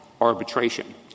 arbitration